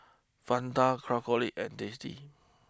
Fanta Craftholic and tasty